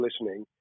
listening